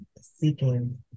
seeking